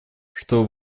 что